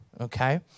okay